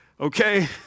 Okay